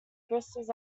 bristles